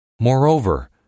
Moreover